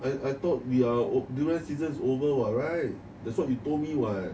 I I thought we are durian season is over what right that's what you told me what